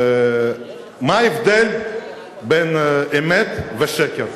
מה ההבדל בין אמת ושקר?